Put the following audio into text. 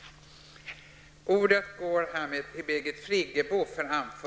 Först debatteras alltså avsnittet Regeringen och